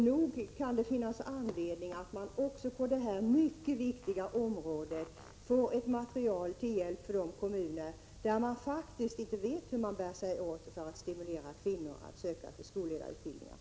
Nog kan det finnas anledning att man också på detta mycket viktiga område får ett material till hjälp för de kommuner där man faktiskt inte vet hur man bär sig åt för att stimulera kvinnor att söka till skolledarutbildningar.